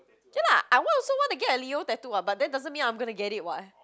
ya lah I want also want get a Leo tattoo what but doesn't mean I'm gonna get it [what]